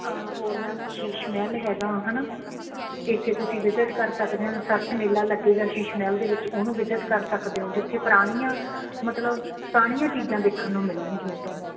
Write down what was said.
ਹੋਰ ਮੈਮ ਸ਼ੀਸ਼ ਮਹਿਲ ਹੈਗਾ ਹੈ ਨਾ ਇੱਥੇ ਤੁਸੀਂ ਵਿਜਿਟ ਕਰ ਸਕਦੇ ਓਂ ਸਰਸ ਮੇਲਾ ਲੱਗੇਗਾ ਸ਼ੀਸ਼ ਮਹਿਲ ਦੇ ਵਿੱਚ ਉਹਨੂੰ ਵਿਜਿਟ ਕਰ ਸਕਦੇ ਹੋ ਜਿੱਥੇ ਪੁਰਾਣੀਆਂ ਮਤਲਬ ਪੁਰਾਣੀਆਂ ਚੀਜ਼ਾਂ ਦੇਖਣ ਨੂੰ ਮਿਲਣਗੀਆਂ ਤੁਹਾਨੂੰ